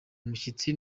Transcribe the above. umushyitsi